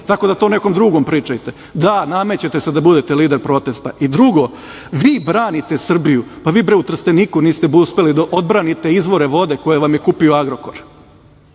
Tako da to nekom drugom pričajte. Da, namećete se da budete lider protesta. Drugo, vi branite Srbiju? Pa vi, bre, u Trsteniku niste uspeli da odbranite izvore vode koje vam je kupio „Agrokor“.